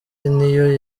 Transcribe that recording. niyo